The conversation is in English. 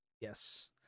Yes